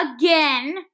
again